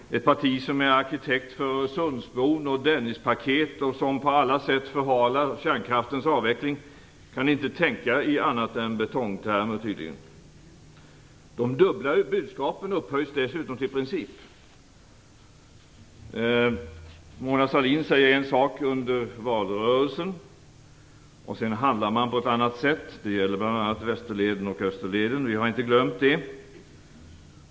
Ett parti som är arkitekt för Öresundsbron och Dennispaket och som på alla sätt förhalar kärnkraftens avvecklingen kan tydligen inte tänka annat än i betongtermer. De dubbla budskapen upphöjs dessutom till princip. Mona Sahlin säger en sak under valrörelsen, och sedan handlar man på ett annat sätt. Det gäller bl.a. Österleden och Västerleden vi har inte glömt det.